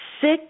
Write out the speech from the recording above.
six